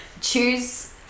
Choose